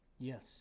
Yes